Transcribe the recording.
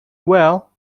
well